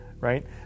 right